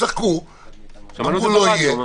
צחקו ואמרו שלא יהיה.